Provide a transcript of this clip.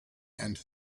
and